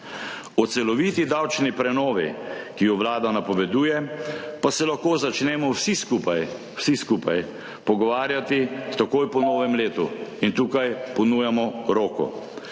O celoviti davčni prenovi, ki jo Vlada napoveduje, pa se lahko začnemo vsi skupaj, vsi skupaj pogovarjati takoj po novem letu in tukaj ponujamo roko.